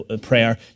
prayer